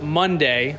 monday